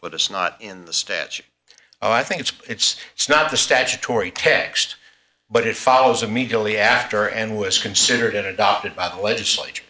but it's not in the statute i think it's it's it's not the statutory text but it follows immediately after and was considered an adopted by the legislature